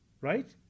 right